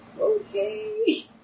okay